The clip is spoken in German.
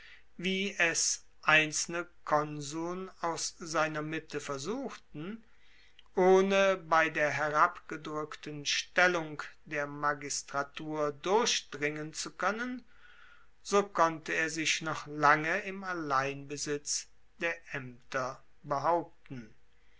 wie es einzelne konsuln aus seiner mitte versuchten ohne bei der herabgedrueckten stellung der magistratur durchdringen zu koennen so konnte er sich noch lange